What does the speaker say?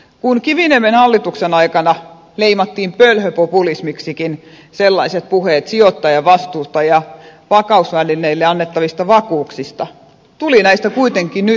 kun kiviniemen hallituksen aikana leimattiin pölhöpopulismiksikin puheet sijoittajavastuusta ja vakausvälineille annettavista vakuuksista tuli näistä kuitenkin nyt todellisuutta